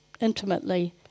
intimately